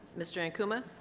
mr. ankuma?